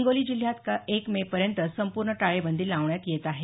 हिंगोली जिल्ह्यात एक मेपर्यंत संपूर्ण टाळेबंदी लावण्यात येत आहे